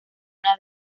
una